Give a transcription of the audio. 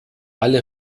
alle